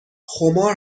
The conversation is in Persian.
خمار